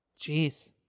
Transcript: Jeez